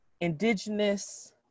indigenous